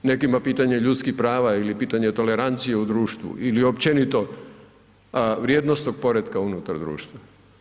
Nekima pitanje ljudskih prava ili pitanje tolerancije u društvu ili općenito vrijednosnog poretka unutar društva.